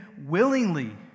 willingly